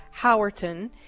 Howerton